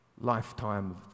lifetime